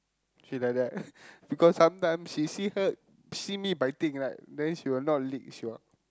she like that because sometimes she see her she see me biting right then she will not lick she will